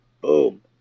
Boom